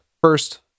first